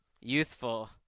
youthful